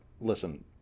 listen